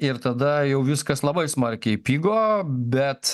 ir tada jau viskas labai smarkiai pigo bet